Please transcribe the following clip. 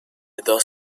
dos